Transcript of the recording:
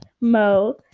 Mo